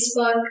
Facebook